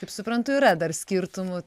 kaip suprantu yra dar skirtumų